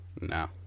no